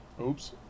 oops